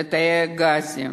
לתאי הגזים,